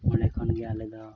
ᱚᱸᱰᱮ ᱠᱷᱚᱱᱜᱮ ᱟᱞᱮ ᱫᱚ